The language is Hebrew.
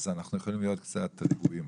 אז אנחנו יכולים להיות קצת רגועים,